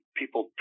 people